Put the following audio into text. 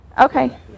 okay